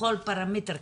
בכל פרמטר,